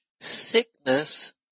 Sickness